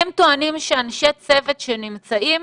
הם טוענים שאנשי צוות שנמצאים,